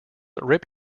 rip